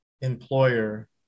employer